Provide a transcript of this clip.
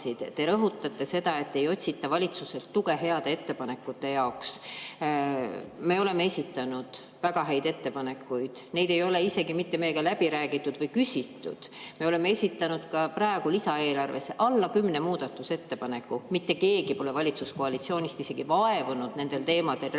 Te rõhutate seda, et ei otsita valitsuselt tuge heade ettepanekute jaoks. Me oleme esitanud väga häid ettepanekuid, neid ei ole isegi mitte meiega läbi räägitud või [midagi meilt] küsitud. Me oleme esitanud ka praegu lisaeelarve kohta alla kümne muudatusettepaneku, mitte keegi pole valitsuskoalitsioonist isegi vaevunud nendel teemadel rääkima. Teine